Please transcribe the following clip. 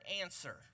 answer